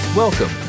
Welcome